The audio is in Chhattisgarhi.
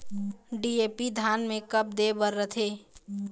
डी.ए.पी धान मे कब दे बर रथे?